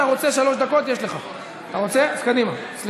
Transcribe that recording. כאן ההצעה כבר נומקה על ידי חבר הכנסת אלעזר שטרן,